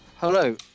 Hello